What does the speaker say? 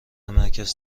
مرکز